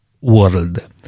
world